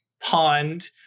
pond